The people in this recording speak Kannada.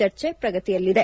ಚರ್ಚೆ ಪ್ರಗತಿಯಲ್ಲಿದೆ